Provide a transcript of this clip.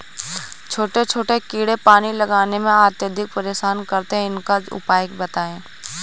छोटे छोटे कीड़े पानी लगाने में अत्याधिक परेशान करते हैं इनका उपाय बताएं?